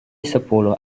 sepuluh